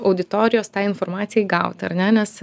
auditorijos tai informacijai gauti ar ne nes